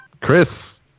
Chris